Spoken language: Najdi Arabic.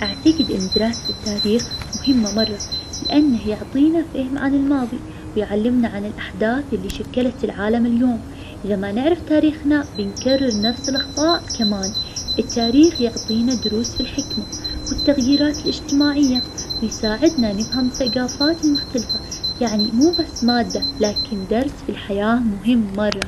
أعتقد إن دراسة التاريخ مهمة مرة, لأنه يعطينا فهم عن الماضي, ويعلمنا عن الأحداث اللي شكلت العالم اليوم, إذا ما نعرف تاريخنا بنكرر نفس الاخطاء, كمان التاريخ يعطينا دروس في الحكمة والتغييرات الاجتماعية, بيساعدنا نفهم ثقافات مختلفة يعني مو بس مادة, لكن درس في الحياة مهم مرة.